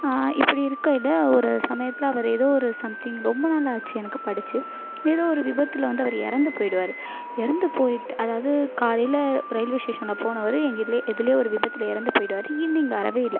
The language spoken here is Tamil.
இப்படி இருக்கையில் ஒரு சமயத்தில் அவர் ஏதோ ஒரு சம்திங் ரொம்ப நாள் ஆச்சு எனக்கு படிச்சு ஏதோ ஒரு விபத்தில் வந்து அவர் இறந்து போயிடுவாரு எறந்து போயிவிட்டு அதாவது காலையில் ரயில்வே ஸ்டேஷனில் போனவர் எங்கே எதில எதுலையோ ஒரு விபத்தில் இறந்து போயிடுவார் ஈவ்னிங் வரவே இல்லை